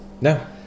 No